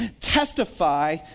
Testify